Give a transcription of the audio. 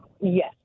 Yes